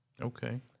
Okay